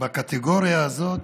בקטגוריה הזאת,